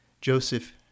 Joseph